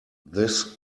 this